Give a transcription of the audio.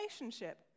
relationship